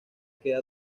queda